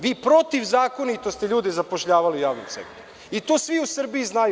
Vi protiv zakonito ste ljude zapošljavali u javnom sektoru i to svi u Srbiji znaju.